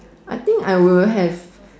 I think I will have